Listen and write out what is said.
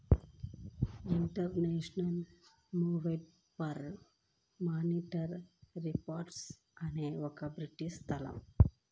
international movement for monetary reform అనేది ఒక British సంస్థ